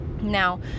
Now